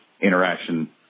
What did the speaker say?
interaction